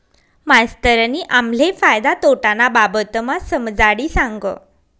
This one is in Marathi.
मास्तरनी आम्हले फायदा तोटाना बाबतमा समजाडी सांगं